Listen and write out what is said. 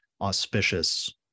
auspicious